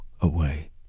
away